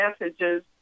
messages